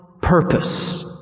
purpose